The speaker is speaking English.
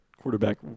Quarterback